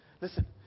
listen